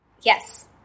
Yes